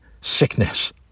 sickness